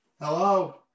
Hello